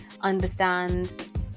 understand